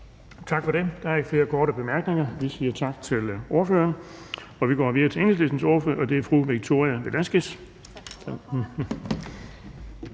Tak for det. Der er ikke flere korte bemærkninger. Vi siger tak til ordføreren. Og vi går videre til Enhedslistens ordfører, og det er fru Victoria Velasquez. Kl.